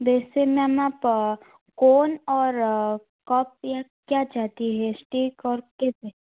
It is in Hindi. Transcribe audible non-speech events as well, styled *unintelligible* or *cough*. वैसे मैम आप कॉन और *unintelligible* क्या चाहती हैं स्टीक और कैसे